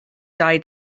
dau